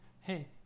Hey